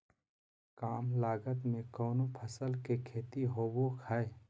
काम लागत में कौन फसल के खेती होबो हाय?